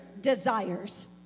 desires